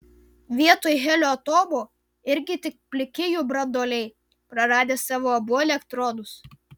vietoj helio atomų irgi tik pliki jų branduoliai praradę savo abu elektronus